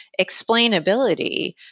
Explainability